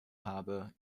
habe